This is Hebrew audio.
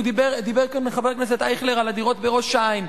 דיבר כאן חבר הכנסת אייכלר על הדירות בראש-העין.